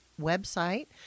website